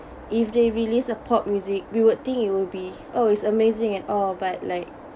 if they released a pop music we would think you will be oh it's amazing and all but like